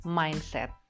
mindset